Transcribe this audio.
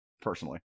personally